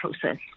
process